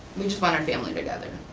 we just want our family together.